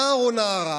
נער או נערה